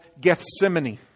Gethsemane